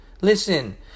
Listen